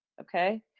Okay